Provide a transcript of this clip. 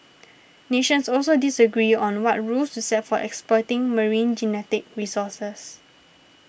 nations also disagree on what rules to set for exploiting marine genetic resources